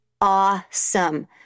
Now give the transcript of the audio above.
awesome